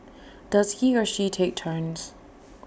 does he or she take turns